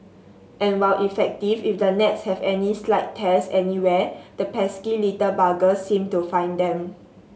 and while effective if the nets have any slight tears anywhere the pesky little buggers seem to find them